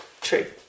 True